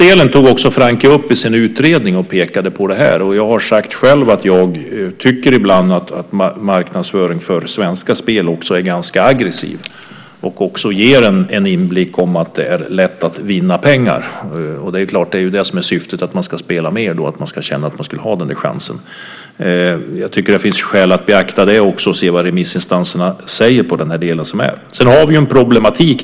Francke tog också upp marknadsföringsdelen i sin utredning, och jag har själv sagt att jag ibland tycker att marknadsföringen av svenska spel är ganska aggressiv och ger ett intryck av att det är lätt att vinna pengar. Det är klart att syftet är att man ska spela mer och att man ska känna att man har chansen att vinna. Jag tycker att det finns skäl att beakta vad remissinstanserna säger också i den här delen. Sedan har vi en problematik.